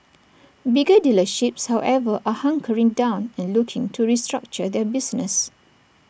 bigger dealerships however are hunkering down and looking to restructure their business